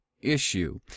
issue